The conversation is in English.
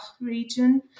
region